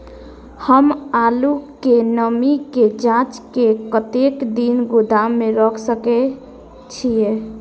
हम आलू के नमी के जाँच के कतेक दिन गोदाम में रख सके छीए?